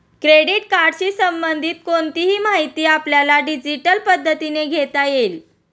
credit कार्डशी संबंधित कोणतीही माहिती आपल्याला डिजिटल पद्धतीने घेता येईल